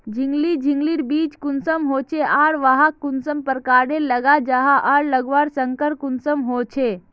झिंगली झिंग लिर बीज कुंसम होचे आर वाहक कुंसम प्रकारेर लगा जाहा आर लगवार संगकर कुंसम होचे?